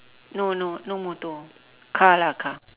no no no motor car lah car